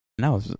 No